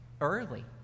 Early